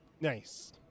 Nice